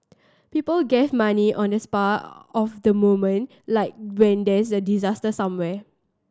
people give money on the spur of the moment like when there's a disaster somewhere